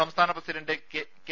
സംസ്ഥാന president K